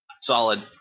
Solid